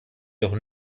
jedoch